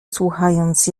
słuchając